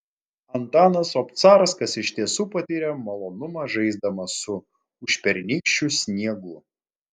antanas obcarskas iš tiesų patyrė malonumą žaisdamas su užpernykščiu sniegu